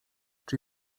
czy